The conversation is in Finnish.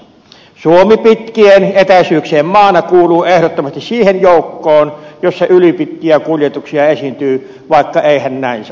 suomi pitkien etäisyyksien maana kuuluu ehdottomasti siihen joukkoon jossa ylipitkiä kuljetuksia esiintyy vaikka eihän näin saisi olla